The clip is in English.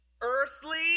earthly